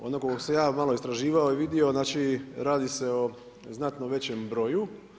A ono koliko sam ja malo istraživao i vidio, znači, radi se o znatno većem broju.